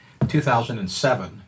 2007